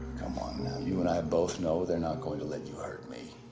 come on now, you and i both know they're not going to let you hurt me.